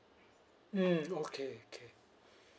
mm okay okay